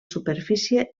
superfície